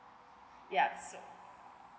yup so